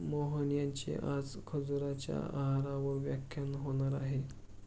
मोहन यांचे आज खजुराच्या आहारावर व्याख्यान होणार आहे